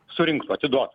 surinktų atiduotų